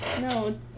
No